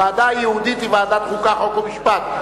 הוועדה הייעודית היא ועדת החוקה, חוק ומשפט.